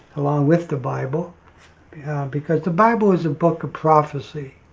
along with the bible because the bible is a book of prophecy.